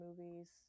movies